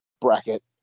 bracket